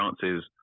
chances